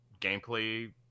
gameplay